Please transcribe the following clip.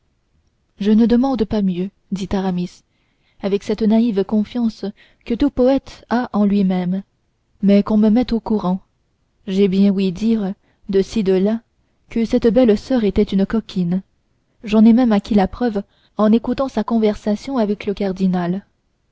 je ne demande pas mieux dit aramis avec cette naïve confiance que tout poète a en lui-même mais qu'on me mette au courant j'ai bien ouï dire de-ci de-là que cette belle-soeur était une coquine j'en ai même acquis la preuve en écoutant sa conversation avec le cardinal